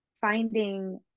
finding